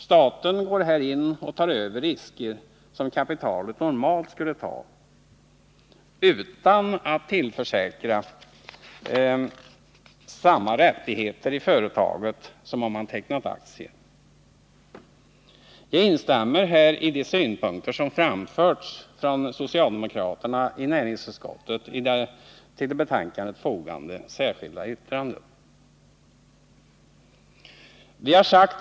Staten går här in och tar över risker som kapitalet normalt skall ta utan att tillförsäkras de rättigheter i företaget som man hade fått, om man — Nr 35 hade tecknat aktier. Jag instämmer här i de synpunkter som har framförts Torsdagen den från socialdemokraterna i näringsutskottet i det till betänkandet fogade 22 november 1979 särskilda yttrandet.